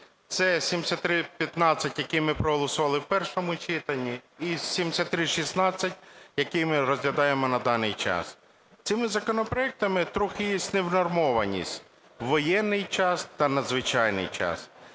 це 7315, який ми проголосували в першому читанні, і 7316, який ми розглядаємо на даний час. Цими законопроектами трохи є невнормованість – воєнний час та надзвичайний час.